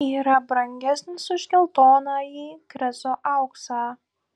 yra brangesnis už geltonąjį krezo auksą